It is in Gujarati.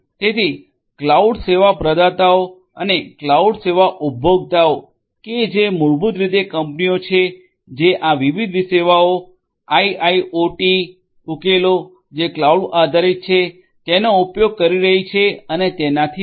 તેથી ક્લાઉડ સેવા પ્રદાતા અને ક્લાઉડ સેવા ઉપભોક્તા કે જે મૂળભૂત રીતે કંપનીઓ છે જે આ વિવિધ સેવાઓ આઇઆઇઓટી ઉકેલો જે ક્લાઉડ આધારિત છે તેનો ઉપયોગ કરી રહી છે અને તેનાથી વધુ